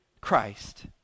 Christ